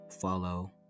follow